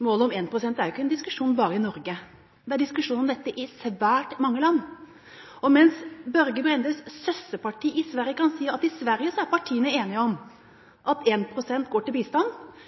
Målet om 1 pst. er ikke en diskusjon bare i Norge. Det er diskusjon om dette i svært mange land. Mens Børge Brendes søsterparti i Sverige kan si at i Sverige er partiene enige om at 1 pst. går til bistand,